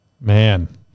Man